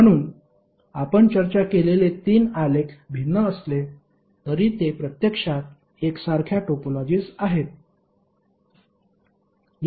म्हणून आपण चर्चा केलेले तीन आलेख भिन्न असले तरी ते प्रत्यक्षात एकसारख्या टोपोलॉजीज आहेत